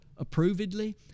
approvedly